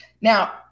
Now